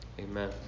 Amen